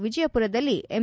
ವಿಜಯಪುರದಲ್ಲಿ ಎಂ